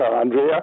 Andrea